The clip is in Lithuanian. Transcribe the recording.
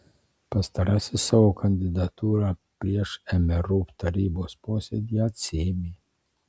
pastarasis savo kandidatūrą prieš mru tarybos posėdį atsiėmė